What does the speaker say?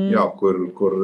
jo kur kur